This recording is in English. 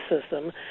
system